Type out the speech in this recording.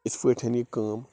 یِتھٕ پٲٹھۍ یہِ کٲم